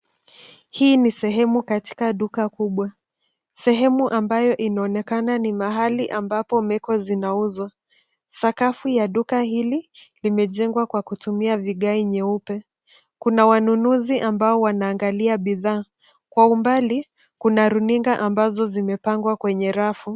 Hii ni sehemu katika duka kubwa, sehemu ambayo inaonekana ni mahali ambapo meko zinauzwa. Sakafu ya duka hili limejengwa kwa kutumia vigae nyeupe. Kuna wanunuzi ambao wanaangalia bidhaa. Kwa umbali kuna runinga ambazo zimepangwa kwenye rafu.